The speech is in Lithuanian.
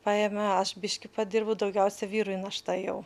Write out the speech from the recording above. paėmė aš biškį padirbu daugiausia vyrui našta jau